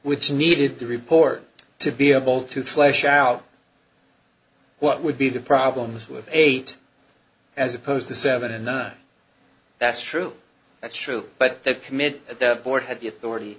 which needed to report to be able to flesh out what would be the problems with eight as opposed to seven and that's true that's true but the committee at the board had the authority